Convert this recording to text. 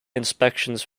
inspections